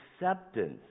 acceptance